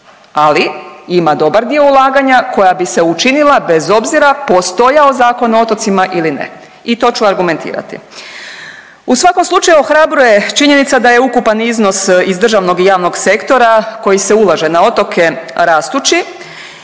ali, ima dobar dio ulaganja koja bi se učinila bez obzira postojao Zakon o otocima ili ne i to ću argumentirati. U svakom slučaju ohrabruje činjenica da je ukupan iznos iz državnog i javnog sektora koji se ulaže na otoke rastući,